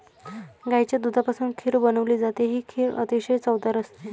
गाईच्या दुधापासून खीर बनवली जाते, ही खीर अतिशय चवदार असते